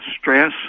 stress